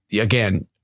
again